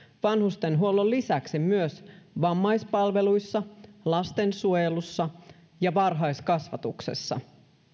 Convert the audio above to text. vanhustenhuollon lisäksi myös vammaispalveluissa lastensuojelussa ja varhaiskasvatuksessa